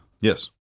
Yes